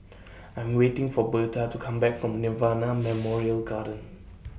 I'm waiting For Berta to Come Back from Nirvana Memorial Garden